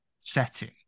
setting